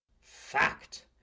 fact